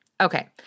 Okay